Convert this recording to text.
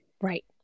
right